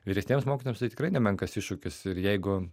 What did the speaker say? vyresniems mokytojams tai tikrai nemenkas iššūkis ir jeigu